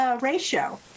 ratio